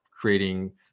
creating